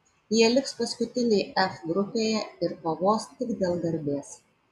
jie liks paskutiniai f grupėje ir kovos tik dėl garbės